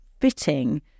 fitting